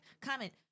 comment